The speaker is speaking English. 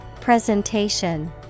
Presentation